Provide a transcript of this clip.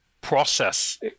process